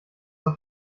auf